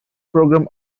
program